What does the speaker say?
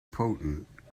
potent